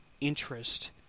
interest